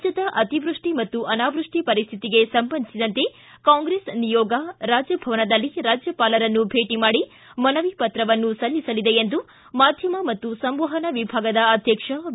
ರಾಜ್ಯದ ಅತಿವೃಷ್ಟಿ ಮತ್ತು ಅನಾವೃಷ್ಟಿ ಪರಿಸ್ಥಿತಿಗೆ ಸಂಬಂಧಿಸಿದಂತೆ ಕಾಂಗ್ರೆಸ್ ನಿಯೋಗ ರಾಜಭವನದಲ್ಲಿ ರಾಜ್ಯಪಾಲರನ್ನು ಭೇಟ ಮಾಡಿ ಮನವಿ ಪತ್ರವನ್ನು ಸಲ್ಲಿಸಲಿದೆ ಎಂದು ಮಾಧ್ಯಮ ಮತ್ತು ಸಂವಹನ ವಿಭಾಗದ ಅಧ್ಯಕ್ಷ ವಿ